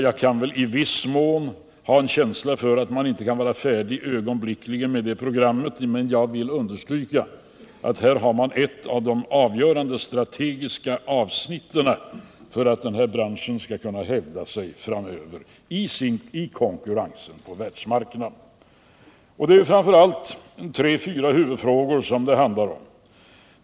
Jag förstår i viss mån att man inte ögonblickligen kan vara färdig med det programmet, men jag vill understryka att man här har ett av de avgörande strategiska avsnitten för att denna bransch framöver skall kunna hävda sig i konkurrensen på världsmarknaden. Det handlar framför allt om tre, fyra huvudfrågor.